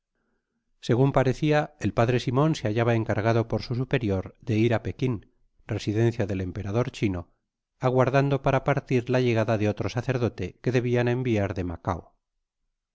segun parecia el p simen se hallaba encargado por su superior de ir á pekin residencia del emperador chino aguardando para partir la llegada de otro sacerdote que debiau enviar de macao